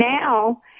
now